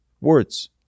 Words